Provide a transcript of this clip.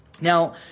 Now